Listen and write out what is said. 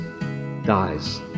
dies